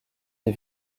des